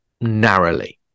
narrowly